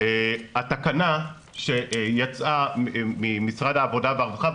התקנה שיצאה ממשרד העבודה והרווחה,